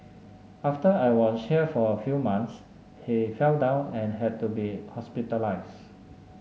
after I was here for a few months he fell down and had to be hospitalised